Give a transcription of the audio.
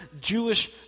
Jewish